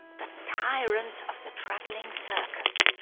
the tyrant of the travelling circus.